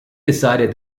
decided